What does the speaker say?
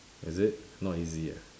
is it not easy ah